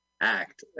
act